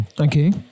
okay